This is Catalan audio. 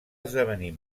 esdevenir